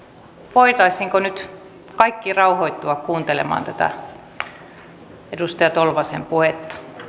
voitaisiinko nyt kaikki rauhoittua kuuntelemaan tätä edustaja tolvasen puhetta